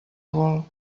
vol